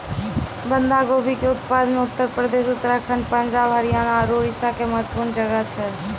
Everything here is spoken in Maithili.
बंधा गोभी के उत्पादन मे उत्तर प्रदेश, उत्तराखण्ड, पंजाब, हरियाणा आरु उड़ीसा के महत्वपूर्ण जगह छै